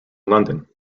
london